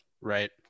Right